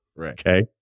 Okay